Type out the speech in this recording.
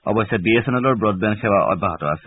অৱশ্যে B S N এলৰ broadband সেৱা অব্যাহত আছে